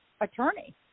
attorney